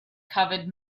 covered